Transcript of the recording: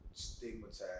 Stigmatized